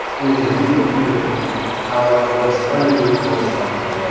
it is recomputing how that looks underneath all this content.